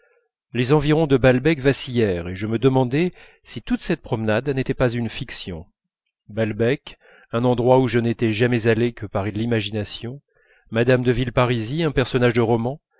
les environs de balbec vacillèrent et je me demandai si toute cette promenade n'était pas une fiction balbec un endroit où je n'étais jamais allé que par l'imagination mme de villeparisis un personnage de roman